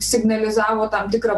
signalizavo tam tikrą